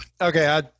Okay